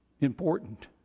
important